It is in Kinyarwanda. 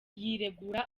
yiregura